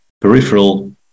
peripheral